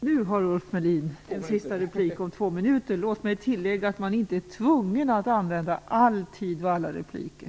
Nu har Ulf Melin en sista replik om två minuter. Låt mig tillägga att man inte är tvungen att använda all tid och alla repliker.